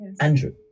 Andrew